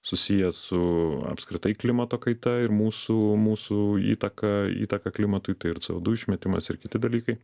susiję su apskritai klimato kaita ir mūsų mūsų įtaka įtaka klimatui tai ir co du išmetimas ir kiti dalykai